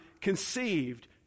conceived